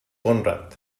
conrad